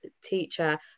teacher